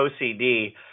OCD